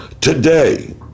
Today